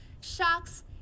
Sharks